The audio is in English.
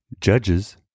Judges